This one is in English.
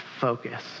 focus